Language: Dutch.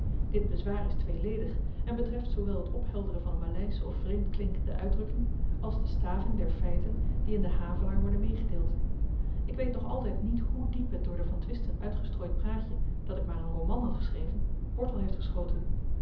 dit bezwaar is tweeledig en betreft zoowel het ophelderen van n maleische of vreemdklinkende uitdrukking als de staving der feiten die in den havelaar worden meegedeeld ik weet nog altyd niet hoe diep het door de van twisten uitgestrooid praatje dat ik maar n roman had geschreven wortel heeft geschoten